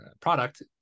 product